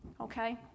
okay